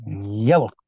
Yellow